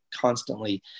constantly